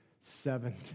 Seven